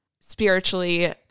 spiritually